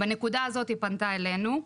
בנקודה הזאת היא פנתה אלינו.